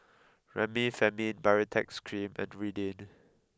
Remifemin Baritex Cream and Ridwind